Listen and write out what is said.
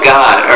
God